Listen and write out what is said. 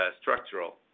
structural